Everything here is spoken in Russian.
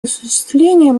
осуществлением